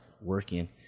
working